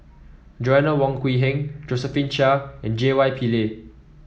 Joanna Wong Quee Heng Josephine Chia and J Y Pillay